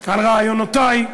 על רעיונותי,